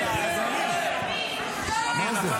אני לא מבין, סדרנים, מה זה?